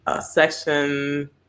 section